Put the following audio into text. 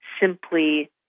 simply